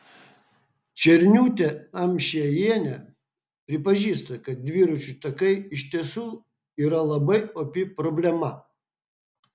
černiūtė amšiejienė pripažįsta kad dviračių takai iš tiesų yra labai opi problema